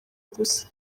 gusa